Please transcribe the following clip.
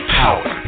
power